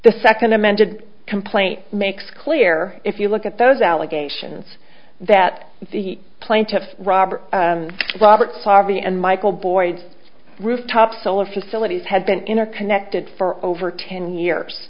the second amended complaint makes clear if you look at those allegations that the plaintiff robert robert harvey and michael boyd's rooftop solar facilities had been interconnected for over ten years